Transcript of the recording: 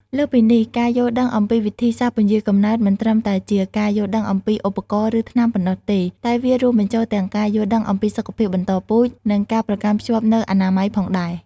លើសពីនេះ ការយល់ដឹងអំពីវិធីសាស្ត្រពន្យារកំណើត មិនត្រឹមតែជាការយល់ដឹងអំពីឧបករណ៍ ឬថ្នាំប៉ុណ្ណោះទេ តែវារួមបញ្ចូលទាំងការយល់ដឹងអំពីសុខភាពបន្តពូជ និងការប្រកាន់ខ្ជាប់នូវអនាម័យផងដែរ។